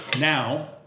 Now